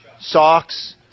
socks